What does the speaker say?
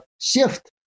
shift